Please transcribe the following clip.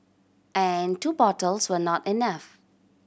and two bottles were not enough